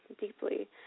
deeply